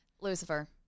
Lucifer